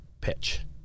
pitch